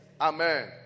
Amen